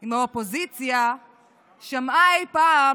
אם האופוזיציה שמעה אי פעם